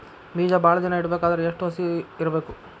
ಬೇಜ ಭಾಳ ದಿನ ಇಡಬೇಕಾದರ ಎಷ್ಟು ಹಸಿ ಇರಬೇಕು?